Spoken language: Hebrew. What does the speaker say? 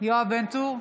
יואב בן צור,